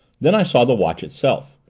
then i saw the watch itself.